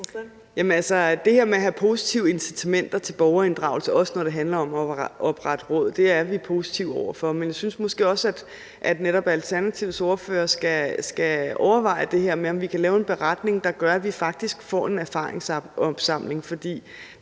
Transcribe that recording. det her med at have positive incitamenter til borgerinddragelse, også når det handler om at oprette råd, er vi positive over for. Men jeg synes måske også, at Alternativets ordfører netop skal overveje det her med, om vi kan lave en beretning, der gør, at vi faktisk får en erfaringsopsamling.